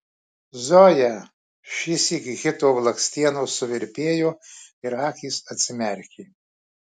zoja šįsyk hito blakstienos suvirpėjo ir akys atsimerkė